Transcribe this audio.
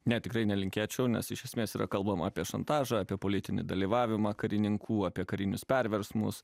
ne tikrai nelinkėčiau nes iš esmės yra kalbama apie šantažą apie politinį dalyvavimą karininkų apie karinius perversmus